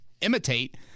imitate